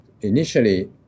Initially